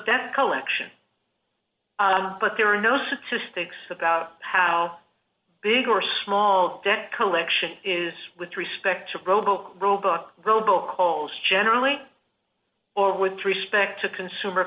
debt collection but there are no statistics about how big or small debt collection is with respect to robo rulebook robo calls generally or with respect to consumer